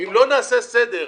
אם לא נעשה סדר,